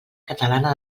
catalana